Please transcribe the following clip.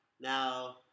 now